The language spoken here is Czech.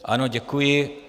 Ano, děkuji.